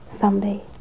Someday